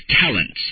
talents